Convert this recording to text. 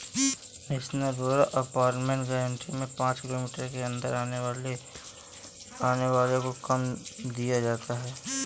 national rural employment guarantee में पांच kilometre के अंदर आने वालो को काम दिया जाता था